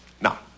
Now